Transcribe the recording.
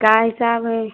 गाय का भी